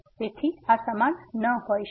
તેથી આ સમાન ન હોઈ શકે